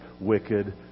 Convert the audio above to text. wicked